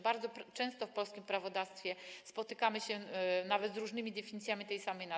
Bardzo często w polskim prawodawstwie spotykamy się z różnymi definicjami tej samej nazwy.